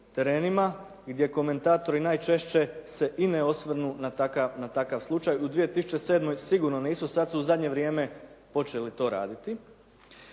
terenima gdje komentatori najčešće se i ne osvrnu na takav slučaj. U 2007. sigurno nisu. Sad su u zadnje vrijeme počeli to raditi.